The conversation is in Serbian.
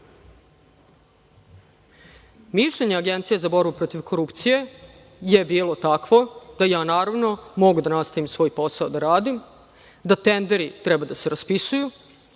Mišljenje Agencije za borbu protiv korupcije je bilo takvo da ja, naravno, mogu da nastavim svoj posao da radim, da tenderi treba da se raspisuju.